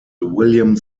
william